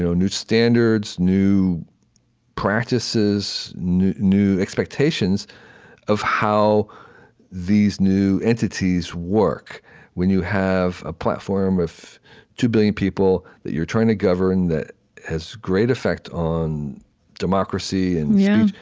new standards, new practices, new new expectations of how these new entities work when you have a platform of two billion people that you're trying to govern that has great effect on democracy and yeah and